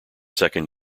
second